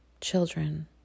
children